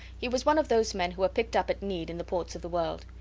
he was one of those men who are picked up at need in the ports of the world.